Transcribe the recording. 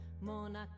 Monaco